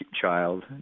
child